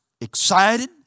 excited